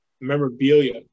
memorabilia